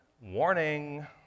Warning